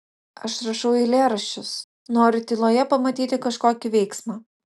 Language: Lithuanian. aš rašau eilėraščius noriu tyloje pamatyti kažkokį veiksmą